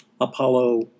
Apollo